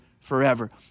forever